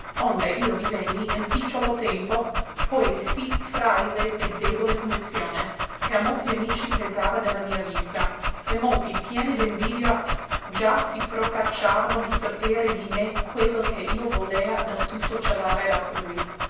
onde io divenni in picciolo tempo poi di sì fràile e debole condizione che a molti amici pesava de la mia vista e molti pieni d'invidia già si procacciavano di sapere di me quello che io volea del tutto celare ad altrui